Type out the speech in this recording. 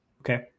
Okay